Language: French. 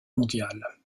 mondial